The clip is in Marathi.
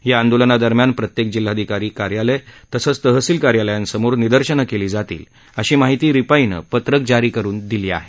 या आंदोलनादरम्यान प्रत्येक जिल्हाधिकारी कार्यालय तहसील कार्यालयांसमोर निदर्शनं केली जातील अशी माहिती रिपाईनं पत्रक जारी करून दिली आहे